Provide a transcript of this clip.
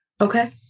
Okay